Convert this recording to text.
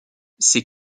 ces